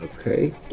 Okay